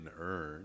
earn